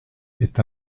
est